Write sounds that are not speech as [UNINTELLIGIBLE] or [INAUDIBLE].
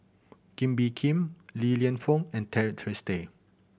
Kee Bee Khim Li Lienfung and [UNINTELLIGIBLE] Tracey Day